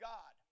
God